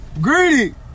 Greedy